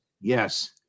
Yes